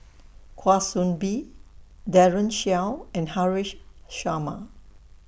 Kwa Soon Bee Daren Shiau and Haresh Sharma